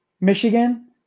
Michigan